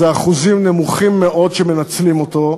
אחוזים נמוכים מאוד מנצלים אותו.